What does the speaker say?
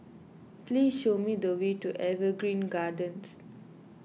please show me the way to Evergreen Gardens